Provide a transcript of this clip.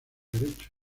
derecho